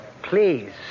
Please